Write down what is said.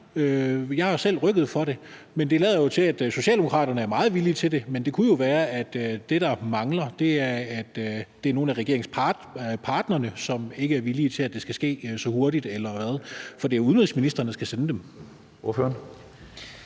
Jeg har selv rykket for det, men det lader jo til, at Socialdemokraterne er meget villige til det, men det kunne jo være, at det, der mangler, skyldes, at nogle af regeringspartnerne ikke er villige til, at det skal ske så hurtigt, eller hvad? For det er udenrigsministeren, der skal sende